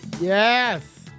Yes